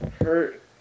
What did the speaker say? hurt